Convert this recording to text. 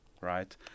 right